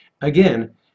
Again